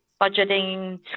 budgeting